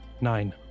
Nine